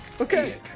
Okay